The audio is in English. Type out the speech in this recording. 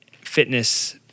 fitness